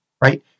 right